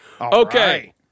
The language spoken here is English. Okay